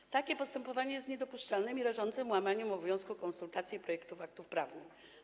Cytat: „Takie postępowanie jest niedopuszczalnym i rażącym łamaniem obowiązku konsultacji projektów aktów prawnych”